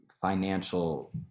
financial